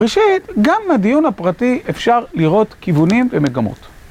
ראשית, גם מהדיון הפרטי אפשר לראות כיוונים ומגמות.